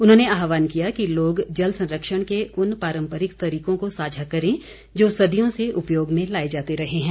उन्होंने आह्वान किया कि लोग जल संरक्षण के उन पारम्परिक तरीकों को साझा करें जो सदियों से उपयोग में लाए जाते रहे हैं